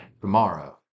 tomorrow